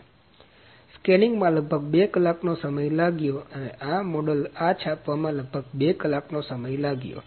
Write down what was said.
તેથી સ્કેનીંગમાં લગભગ 2 કલાકનો સમય લાગ્યો અને આ મોડેલ આ છાપવામાં લગભગ 2 કલાકનો સમય લાગ્યો